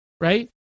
right